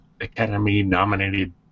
Academy-nominated